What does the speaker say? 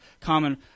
common